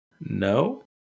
No